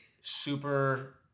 super